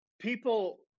people